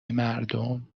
مردم